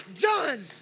done